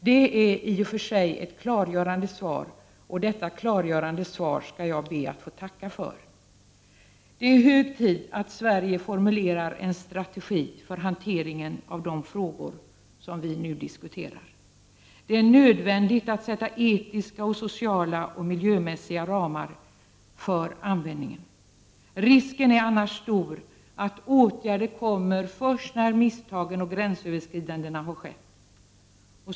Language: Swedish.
Det är i och för sig ett klargörande svar, och detta klargörande svar skall jag be att få tacka för. Det är hög tid att Sverige formulerar en strategi för hanteringen av de frågor som vi nu diskuterar. Det är nödvändigt att sätta etiska, sociala och miljömässiga ramar för användningen. Risken är annars stor att åtgärder kommer först när misstagen och gränsöverskridandena har skett.